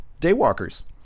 daywalkers